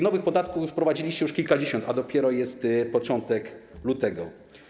Nowych podatków wprowadziliście już kilkadziesiąt, a jest dopiero początek lutego.